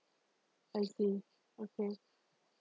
I see okay